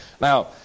Now